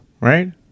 right